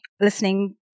listening